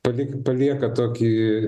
palik palieka tokį